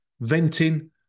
venting